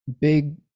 big